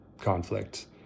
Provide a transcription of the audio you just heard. conflict